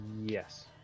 Yes